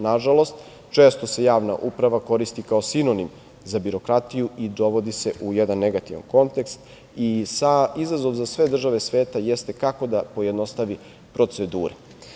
Nažalost, često se javna uprava koristi kao sinonim za birokratiju i dovodi se u jedan negativan kontekst i izazov za sve države sveta jeste kako da pojednostave procedure.